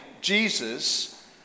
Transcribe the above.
Jesus